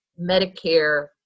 Medicare